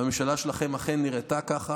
והממשלה שלכם אכן נראתה ככה,